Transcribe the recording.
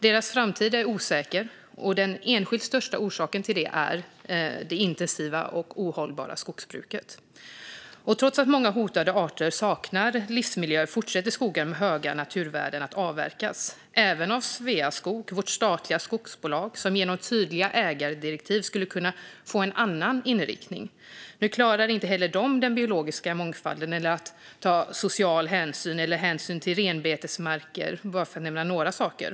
Deras framtid är osäker, och den enskilt största orsaken till det är det intensiva och ohållbara skogsbruket. Trots att många hotade arter saknar livsmiljöer fortsätter skogar med höga naturvärden att avverkas - även av Sveaskog, vårt statliga skogsbolag, som genom tydliga ägardirektiv skulle kunna få en annan inriktning. Nu klarar inte heller de att ta hänsyn till den biologiska mångfalden, social hänsyn eller hänsyn till renbetesmarker, för att nämna bara några saker.